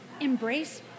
embrace